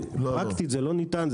פרקטית זה לא ניתן,